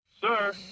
sir